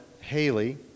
Haley